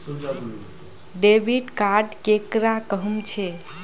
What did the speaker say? Debit card केकरा कहुम छे?